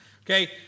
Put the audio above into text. Okay